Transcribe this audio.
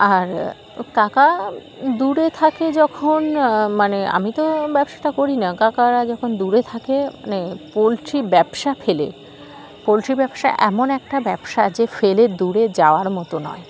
আর কাকা দূরে থাকে যখন মানে আমি তো ব্যবসাটা করি না কাকারা যখন দূরে থাকে মানে পোলট্রি ব্যবসা ফেলে পোলট্রি ব্যবসা এমন একটা ব্যবসা যে ফেলে দূরে যাওয়ার মতো নয়